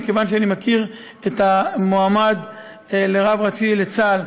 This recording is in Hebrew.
מכיוון שאני מכיר את המועמד לרב הראשי לצה"ל,